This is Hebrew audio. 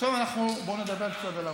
עכשיו בוא נדבר קצת על המצוי,